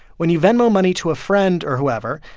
when you venmo money to a friend or whoever,